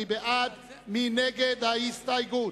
מי בעד ומי נגד ההסתייגות?